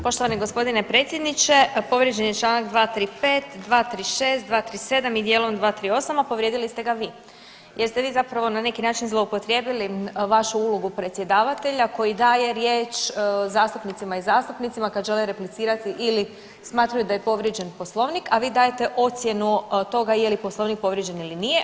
Poštovani gospodine predsjedniče, povrijeđen je članak 235., 236., 237. i dijelom 238. a povrijedili ste ga vi, jer ste vi zapravo na neki način zloupotrijebili vašu ulogu predsjedavatelja koji daje riječ zastupnicima i zastupnicama kad će oni replicirati ili smatraju da je povrijeđen Poslovnik a vi dajete ocjenu toga je li Poslovnik povrijeđen ili nije.